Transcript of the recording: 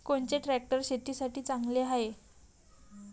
कोनचे ट्रॅक्टर शेतीसाठी चांगले हाये?